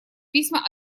письма